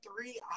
three